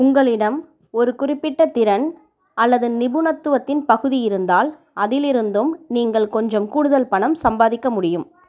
உங்களிடம் ஒரு குறிப்பிட்ட திறன் அல்லது நிபுணத்துவத்தின் பகுதி இருந்தால் அதிலிருந்தும் நீங்கள் கொஞ்சம் கூடுதல் பணம் சம்பாதிக்க முடியும்